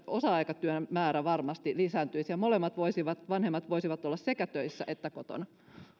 osa aikatyön määrä varmasti lisääntyisi ja molemmat vanhemmat voisivat olla sekä töissä että kotona